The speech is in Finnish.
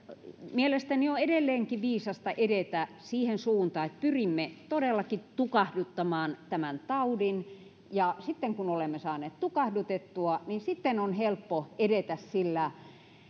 mielestäni on edelleenkin viisasta edetä siihen suuntaan että pyrimme todellakin tukahduttamaan tämän taudin ja sitten kun olemme saaneet tukahdutettua sitten on helppo edetä sillä